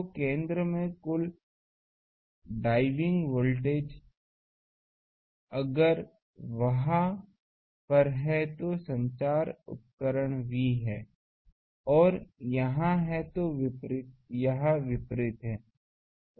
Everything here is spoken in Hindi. तो केंद्र में कुल डाइविंग वोल्टेज अगर वहाँ पर हैं तो संचार उपकरण V है और यहाँ हैंतो यह विपरीत हैं